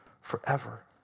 forever